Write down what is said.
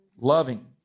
Loving